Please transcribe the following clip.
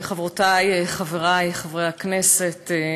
חברותי וחברי חברי הכנסת,